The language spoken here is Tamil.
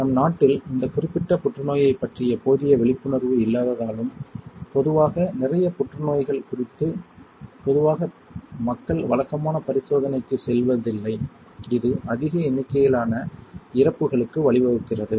நம் நாட்டில் இந்த குறிப்பிட்ட புற்றுநோயைப் பற்றிய போதிய விழிப்புணர்வு இல்லாததாலும் பொதுவாக நிறைய புற்றுநோய்கள் குறித்தும் பொதுவாக மக்கள் வழக்கமான பரிசோதனைக்கு செல்வதில்லை இது அதிக எண்ணிக்கையிலான இறப்புகளுக்கு வழிவகுக்கிறது